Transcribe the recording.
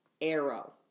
arrow